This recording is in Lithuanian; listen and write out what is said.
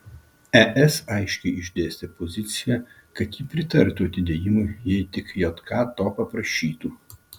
es aiškiai išdėstė poziciją kad ji pritartų atidėjimui jei tik jk to paprašytų